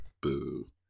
Boo